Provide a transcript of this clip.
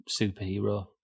superhero